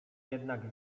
jednak